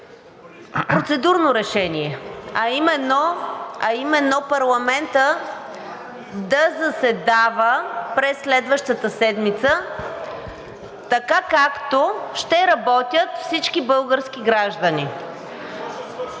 процедурно решение, а именно парламентът да заседава през следващата седмица, така както ще работят всички български граждани.